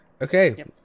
Okay